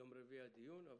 ביום רביעי יתקיים הדיון.